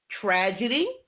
Tragedy